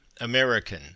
American